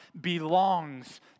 belongs